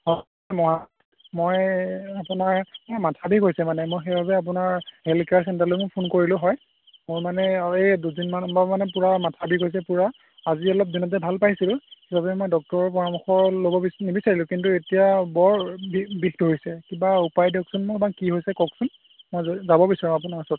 অঁ মই মই আপোনাৰ এই মাথা বিষ হৈছে মানে মই সেইবাবে আপোনাৰ হেল্থ কেয়াৰ চেণ্টাৰলৈ মই ফোন কৰিলোঁ হয় মোৰ মানে এই দুদিনমানৰপৰা মানে পূৰা মাথা বিষ হৈছে পূৰা আজি অলপ যেনেতেনে ভাল পাইছোঁ সেইবাবে মই ডক্টৰৰ পৰামৰ্শ ল'ব নিবিচাৰিলোঁ কিন্তু এতিয়া বৰ বিষ ধৰিছে কিবা উপায় দিয়কচোন মোৰ বা কি হৈছে কওকচোন মই যাব বিচাৰোঁ আপোনাৰ ওচৰত